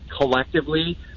collectively